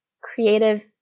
creative